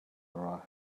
wrath